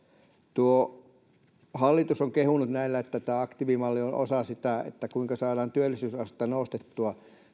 hallitus on kehunut näillä että tämä aktiivimalli on osa sitä kuinka saadaan työllisyysastetta nostettua